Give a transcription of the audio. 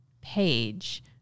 page